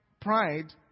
pride